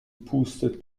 pustet